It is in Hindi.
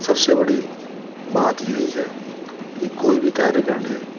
सबसे बड़ी बात यही है कि कोई भी कार्य करने